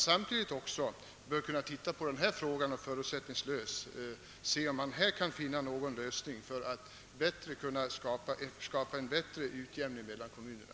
Samtidigt bör man emellertid undersöka denna fråga och se om vi här kan finna nå gon lösning för att skapa en bättre utjämning mellan kommunerna.